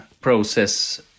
process